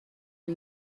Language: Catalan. han